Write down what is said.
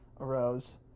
arose